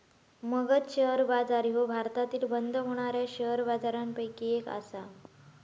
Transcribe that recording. Magadh share बाजार ह्यो भारतातील बंद होणाऱ्या शेअर बाजारपैकी एक आसा